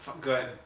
Good